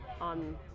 on